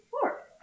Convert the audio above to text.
four